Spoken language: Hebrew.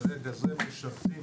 משרתים